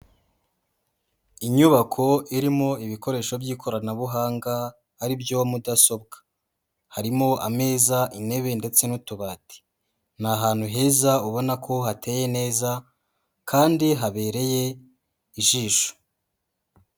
Inyubako irimo ibikoresho by'ikoranabuhanga ari byo mudasobwa, harimo ameza, intebe ndetse n'utubati, ni ahantu heza ubona ko hateye neza kandi habereye ijisho.